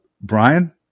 Brian